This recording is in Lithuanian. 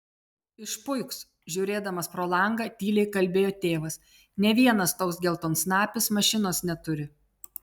išpuiks žiūrėdamas pro langą tyliai kalbėjo tėvas nė vienas toks geltonsnapis mašinos neturi